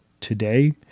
today